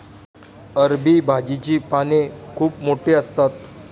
अरबी भाजीची पाने खूप मोठी असतात